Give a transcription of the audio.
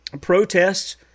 protests